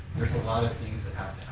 there's a lot of things that